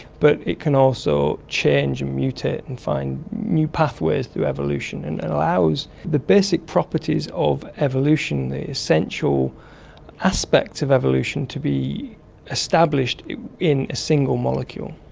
but it can also change and mutate and find new pathways through evolution and and allow the basic properties of evolution, the essential aspects of evolution to be established in a single molecule.